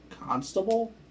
constable